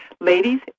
Ladies